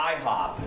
IHOP